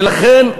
ולכן,